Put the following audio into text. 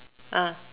ah